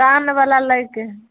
कानवला लैके हइ